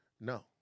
No